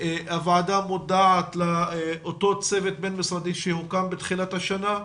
הוועדה מודעת לאותו צוות בין-משרדי שהוקם בתחילת השנה.